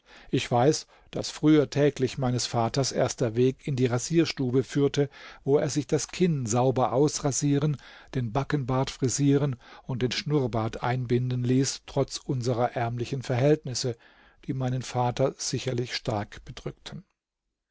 ich weiß daß früher täglich meines vaters erster weg in die rasierstube führte wo er sich das kinn sauber ausrasieren den backenbart frisieren und den schnurrbart einbinden ließ trotz unserer ärmlichen verhältnisse die meinen vater sicherlich stark bedrückten